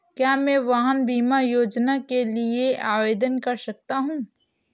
क्या मैं वाहन बीमा योजना के लिए आवेदन कर सकता हूँ?